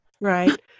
Right